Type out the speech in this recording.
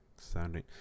sounding